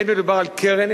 אין מדובר על קרן,